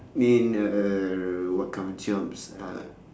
in uh what kind of jobs uh